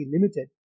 Limited